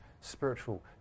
spiritual